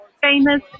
famous